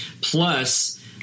Plus